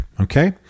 Okay